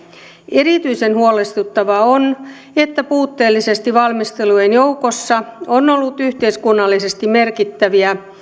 erityisen huolestuttavaa on että puutteellisesti valmisteltujen joukossa on ollut yhteiskunnallisesti merkittäviä